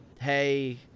Hey